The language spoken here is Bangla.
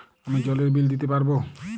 আমি জলের বিল দিতে পারবো?